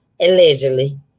allegedly